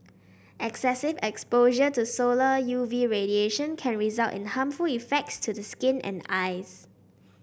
excessive exposure to solar U V radiation can result in harmful effects to the skin and eyes